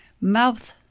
Mouth